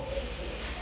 oh